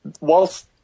whilst